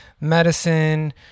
medicine